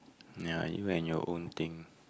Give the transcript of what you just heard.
yeah you and your own thing